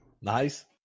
Nice